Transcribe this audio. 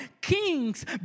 Kings